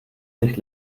sich